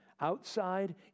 outside